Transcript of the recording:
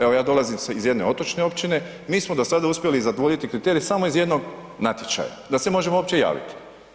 Evo ja dolazim iz jedne otočne općine, mi smo do sada uspjeli zadovoljiti kriterij samo iz jednog natječaja, da se možemo uopće javiti.